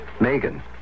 Megan